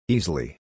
Easily